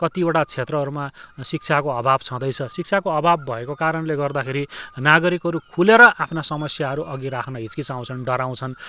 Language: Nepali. कतिवटा क्षेत्रहरूमा शिक्षाको अभाव छँदैछ शिक्षाको अभाव भएको कारणले गर्दाखेरि नागरिकहरू खुलेर आफ्ना समस्याहरू अघि राख्न हिच्किचाउँछन् डराउँछन्